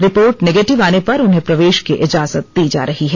report negative आने पर उन्हें प्रवेश की इजाजत दी जा रही है